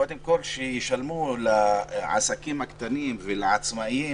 קודם כול שישלמו לעסקים הקטנים ולעצמאים